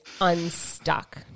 unstuck